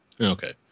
okay